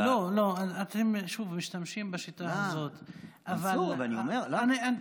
לא, לא, אתם שוב משתמשים בשיטה הזו, אבל, למה?